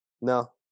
No